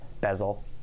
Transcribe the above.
bezel